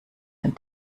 den